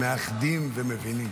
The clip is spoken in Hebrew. מאחדים ומבינים.